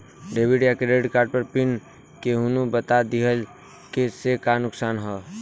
Debit या credit card pin केहूके बता दिहला से का नुकसान ह?